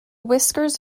whiskers